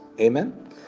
amen